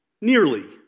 nearly